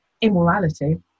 immorality